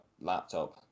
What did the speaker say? laptop